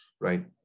right